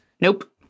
Nope